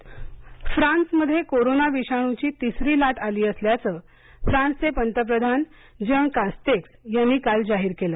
France corona तिसरी लाट France मध्ये कोरोना विषाणूची तिसरी लाट आली असल्याचं फ्रान्सचे पंतप्रधान जन कास्तेक्स यांनी काल जाहीर केलं